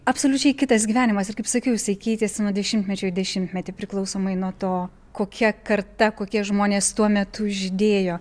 absoliučiai kitas gyvenimas ir kaip sakiau jisai keitėsi nuo dešimtmečio į dešimtmetį priklausomai nuo to kokia karta kokie žmonės tuo metu žydėjo